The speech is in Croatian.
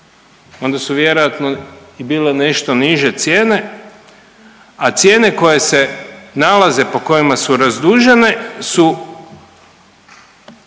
onda su vjerojatno i bile nešto niže cijene, a cijene koje se nalaze po kojima su razdužene su